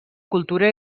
cultura